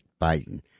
Biden